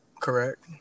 Correct